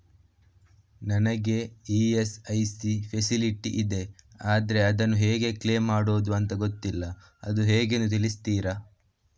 ನನಗೆ ESIC facility ಇದೆ ಆದ್ರೆ ಅದನ್ನು ಹೇಗೆ ಕ್ಲೇಮ್ ಮಾಡೋದು ಅಂತ ಗೊತ್ತಿಲ್ಲ ಅದು ಹೇಗೆಂದು ತಿಳಿಸ್ತೀರಾ?